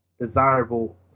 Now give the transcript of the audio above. desirable